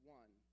one